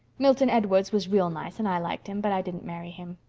milton edwards was real nice and i liked him but i didn't marry him.